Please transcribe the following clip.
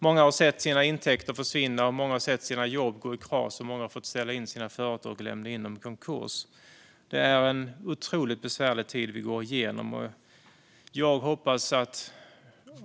Många har sett sina intäkter försvinna, många har sett sina jobb gå i kras, och många har fått stänga sina företag och begära dem i konkurs. Det är en otroligt besvärlig tid vi går igenom.